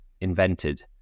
invented